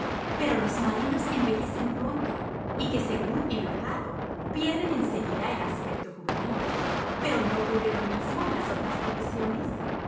que los marinos envejecen pronto y que según he notado pierden en seguida el aspecto juvenil pero no ocurre lo misino en las otras profesiones